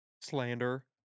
Slander